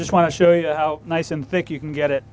just want to show you how nice and think you can get it